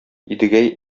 идегәй